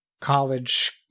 college